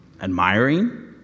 admiring